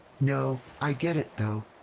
no, i get it though.